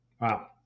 Wow